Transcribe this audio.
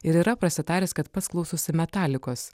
ir yra prasitaręs kad pats klausosi metalikos